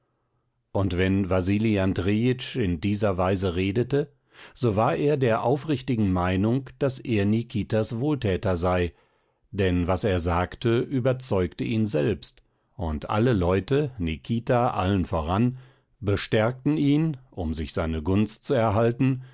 und wenn wasili andrejitsch in dieser weise redete so war er der aufrichtigen meinung daß er nikitas wohltäter sei denn was er sagte überzeugte ihn selbst und alle leute nikita allen voran bestärkten ihn um sich seine gunst zu erhalten